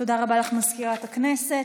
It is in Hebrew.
תודה רבה לך, מזכירת הכנסת.